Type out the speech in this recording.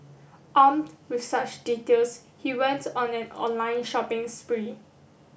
armed with such details he went on an online shopping spree